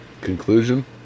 conclusion